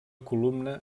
columna